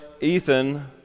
Ethan